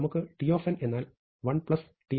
നമുക്ക് T എന്നാൽ 1Tn2 ആണ്